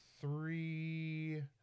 three